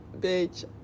bitch